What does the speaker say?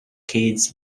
keats